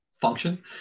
function